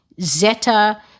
Zeta